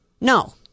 No